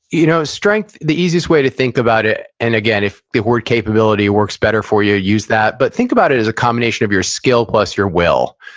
you know strength, the easiest way to think about it, and again, if the word capability works better for you, use that. but, think about it as a combination of your skill, plus your will.